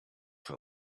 for